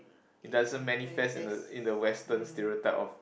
it doesn't manifest in the in the western stereotype of